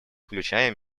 включая